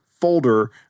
folder